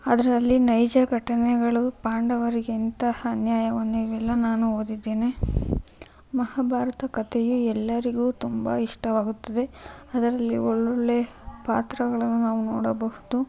ಅದರಲ್ಲಿ ನೈಜ ಘಟನೆಗಳು ಪಾಂಡವರಿಗೆ ಎಂತಹ ಅನ್ಯಾಯವನ್ನು ಇವೆಲ್ಲ ನಾನು ಓದಿದ್ದೇನೆ ಮಹಾಭಾರತ ಕಥೆಯು ಎಲ್ಲರಿಗೂ ತುಂಬ ಇಷ್ಟವಾಗುತ್ತದೆ ಅದರಲ್ಲಿ ಒಳ್ಳೊಳ್ಳೆಯ ಪಾತ್ರಗಳನ್ನು ನಾವು ನೋಡಬಹುದು